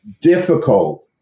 difficult